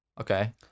Okay